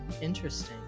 Interesting